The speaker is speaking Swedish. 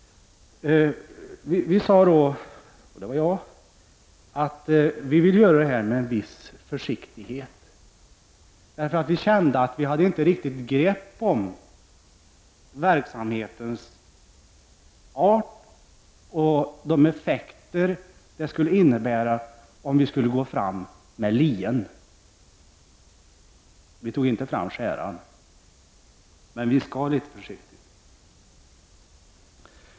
Vi sade att vi vill göra det med en viss försiktighet, därför att vi kände att vi inte riktigt hade grepp om verksamhetens art och vad det skulle innebära om vi skulle gå fram med lien. Vi tog inte fram skäran, men vi skar litet försiktigt.